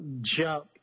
jump